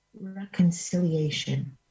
reconciliation